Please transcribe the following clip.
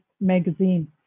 magazine